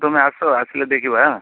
ତୁମେ ଆସ ଆସିଲେ ଦେଖିବା ଆଁ